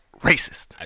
racist